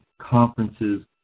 conferences